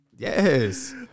Yes